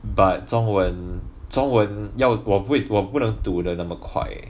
but 中文中文要我不会我不能读得那么快